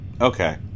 Okay